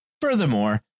Furthermore